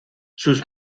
sus